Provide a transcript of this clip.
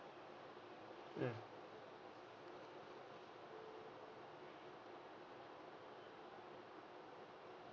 mm